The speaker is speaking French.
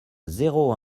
zéro